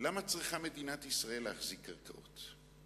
למה צריכה מדינת ישראל להחזיק קרקעות?